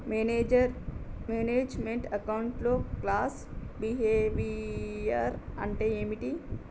Manage meant account లో cost behaviour అంటే ఏమిటి?